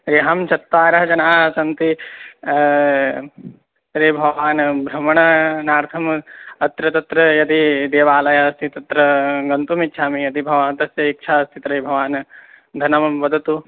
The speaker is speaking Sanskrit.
तर्हि अहं चत्वारः जनाः सन्ति तर्हि भवान् भ्रमणार्थम् अत्र तत्र यदि देवालयः अस्ति तत्र गन्तुमिच्छामि यदि भवान् तस्य इच्छा अस्ति तर्हि भवान् धनं वदतु